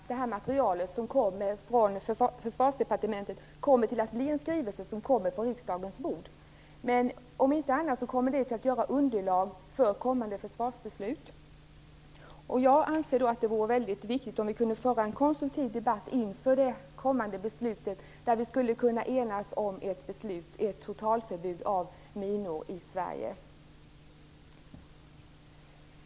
Fru talman! Jag hoppas verkligen att materialet från Försvarsdepartementet blir en skrivelse som hamnar på riksdagens bord. Om inte annat kommer det att utgöra underlag för kommande försvarsbeslut. Jag anser att det vore väldigt bra om vi kunde föra en konstruktiv debatt inför det kommande beslutet och enas om ett totalförbud av minor i Sverige.